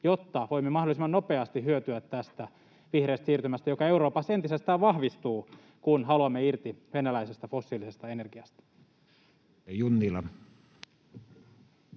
jotta voimme mahdollisimman nopeasti hyötyä tästä vihreästä siirtymästä, joka Euroopassa entisestään vahvistuu, kun haluamme irti venäläisestä fossiilisesta energiasta?